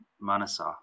Manasa